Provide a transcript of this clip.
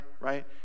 right